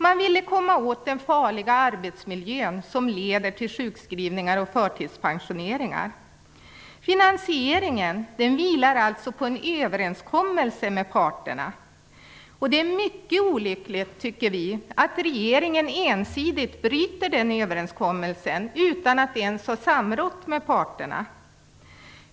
Man ville komma åt den farliga arbetsmiljön som leder till sjukskrivningar och förtidspensioneringar. Finansieringen vilar alltså på en överenskommelse med parterna. Det är mycket olyckligt, tycker vi, att regeringen ensidigt bryter den överenskommelsen utan att ens ha samrått med parterna.